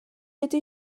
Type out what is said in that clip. ydy